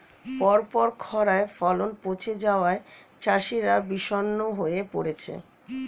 পরপর খড়ায় ফলন পচে যাওয়ায় চাষিরা বিষণ্ণ হয়ে পরেছে